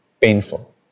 painful